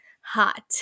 hot